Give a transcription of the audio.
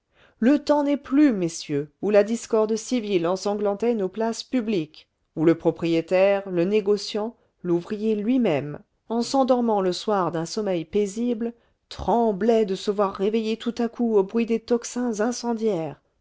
le temps n'est plus messieurs où la discorde civile ensanglantait nos places publiques où le propriétaire le négociant l'ouvrier lui-même en s'endormant le soir d'un sommeil paisible tremblaient de se voir réveillés tout à coup au bruit des tocsins incendiaires